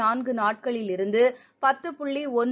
நான்கு நாட்களில் இருந்து பத்து புள்ளி ஒன்று